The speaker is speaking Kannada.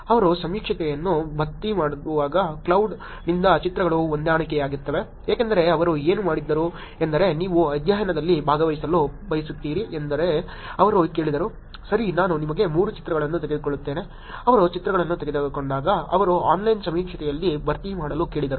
ಅವರು ಸಮೀಕ್ಷೆಯನ್ನು ಭರ್ತಿ ಮಾಡುವಾಗ ಕ್ಲೌಡ್ನಿಂದ ಚಿತ್ರಗಳು ಹೊಂದಿಕೆಯಾಗುತ್ತವೆ ಏಕೆಂದರೆ ಅವರು ಏನು ಮಾಡಿದರು ಎಂದರೆ ನೀವು ಅಧ್ಯಯನದಲ್ಲಿ ಭಾಗವಹಿಸಲು ಬಯಸುತ್ತೀರಿ ಎಂದು ಅವರು ಕೇಳಿದರು ಸರಿ ನಾನು ನಿಮಗೆ 3 ಚಿತ್ರಗಳನ್ನು ತೆಗೆದುಕೊಳ್ಳುತ್ತೇನೆ ಅವರು ಚಿತ್ರಗಳನ್ನು ತೆಗೆದಾಗ ಅವರು ಆನ್ಲೈನ್ ಸಮೀಕ್ಷೆಯಲ್ಲಿ ಭರ್ತಿ ಮಾಡಲು ಕೇಳಿದರು